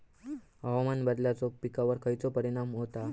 हवामान बदलाचो पिकावर खयचो परिणाम होता?